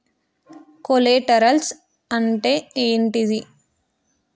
Collaterals అంటే ఏంటిది?